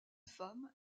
femme